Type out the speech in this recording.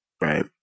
Right